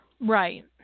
Right